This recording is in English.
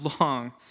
long